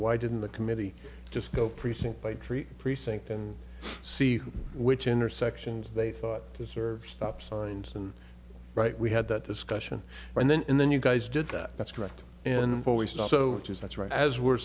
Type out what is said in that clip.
why didn't the committee just go precinct by tree precinct and see which intersections they thought to serve stop signs and right we had that discussion and then and then you guys did that that's correct and voice and also because that's right as we're